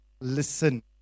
Listen